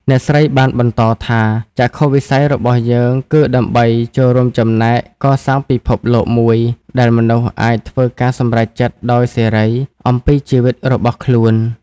អ្នកស្រីបានបន្តថា “ចក្ខុវិស័យរបស់យើងគឺដើម្បីចូលរួមចំណែកកសាងពិភពលោកមួយដែលមនុស្សអាចធ្វើការសម្រេចចិត្តដោយសេរីអំពីជីវិតរបស់ខ្លួន។